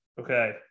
Okay